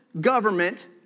government